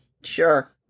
Sure